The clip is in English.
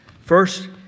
First